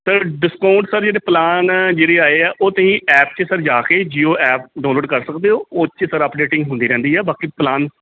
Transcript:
sir discount ਜਿਹੜੇ plan ਜਿਹੜੇ ਆਏ ਆ ਉਹ ਤੁਸੀਂ ਐਪ 'ਚ ਸਰ ਜਾ ਕੇ ਜੀਓ ਐਪ ਡਾਊਨਲੋਡ ਕਰ ਸਕਦੇ ਹੋ ਉਸ 'ਚ ਸਰ ਅਪਡੇਟਿੰਗ ਹੁੰਦੀ ਰਹਿੰਦੀ ਹੈ ਬਾਕੀ ਪਲਾਨ